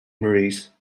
maurice